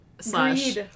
slash